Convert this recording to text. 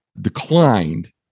declined